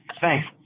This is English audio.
Thanks